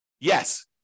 Yes